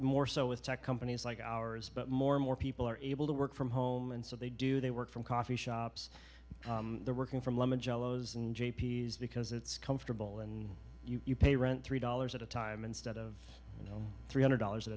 more so with tech companies like ours but more and more people are able to work from home and so they do they work from coffee shops they're working from because it's comfortable and you pay rent three dollars at a time instead of you know three hundred dollars at